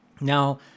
Now